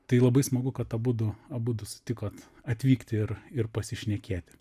tai labai smagu kad abudu abudu sutikot atvykti ir ir pasišnekėti